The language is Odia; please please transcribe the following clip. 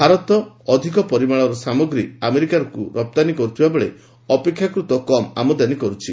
ଭାରତ ଅଧିକ ପରିମାଣର ସାମଗ୍ରୀ ଆମେରିକାକୁ ରପ୍ତାନୀ କରୁଥିବା ବେଳେ ଅପେକ୍ଷାକୃତ କମ୍ ଆମଦାନୀ କରୁଛି